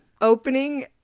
opening